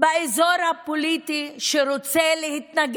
באזור הפוליטי שרוצה להתנגד